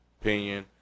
opinion